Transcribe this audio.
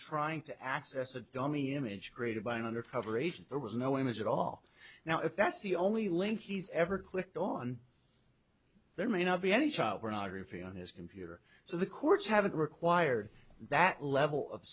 trying to access a dummy image created by an undercover agent there was no image at all now if that's the only link he's ever clicked on there may not be any child pornography on his computer so the courts haven't required that level of